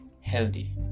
Healthy